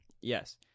Yes